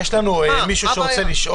מה, מה הבעיה?